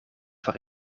voor